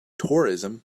tourism